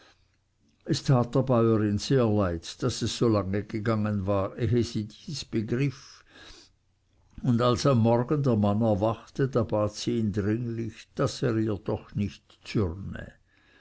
der bäurin sehr leid daß es so lange gegangen war ehe sie dies begriff und als am morgen der mann erwachte da bat sie ihn dringlich daß er ihr doch nicht